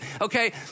okay